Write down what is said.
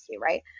right